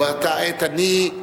ובאותה עת אני,